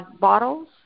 bottles